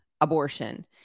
abortion